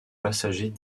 passagers